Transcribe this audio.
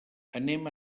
anem